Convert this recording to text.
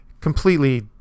completely